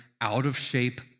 out-of-shape